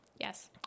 Yes